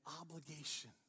obligation